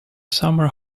summer